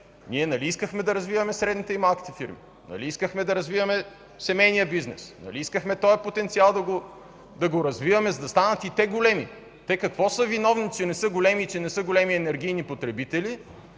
ние нали искахме да развиваме малките и средните фирми, нали искахме да развиваме семейния бизнес, нали искахме този потенциал да го развиваме, за да станат и те големи? Те какво са виновни, че не са големи енергийни потребители,